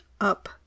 up